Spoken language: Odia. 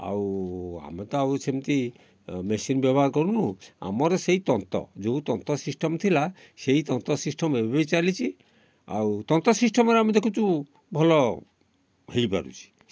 ଆଉ ଆମେ ତ ଆଉ ସେମିତି ମେସିନ୍ ବ୍ୟବହାର କରୁନୁ ଆମର ସେହି ତନ୍ତ ଯେଉଁ ତନ୍ତ ସିଷ୍ଚମ ଥିଲା ସେହି ତନ୍ତ ସିଷ୍ଟମ ଏବେ ବି ଚାଲିଛି ଆଉ ତନ୍ତ ସିଷ୍ଟମରେ ଆମେ ଦେଖୁଛୁ ଭଲ ହେଇପାରୁଛି